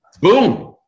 boom